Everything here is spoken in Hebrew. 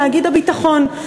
תאגיד הביטחון.